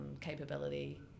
capability